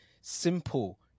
Simple